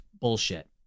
bullshit